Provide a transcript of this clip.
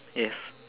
yes